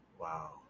Wow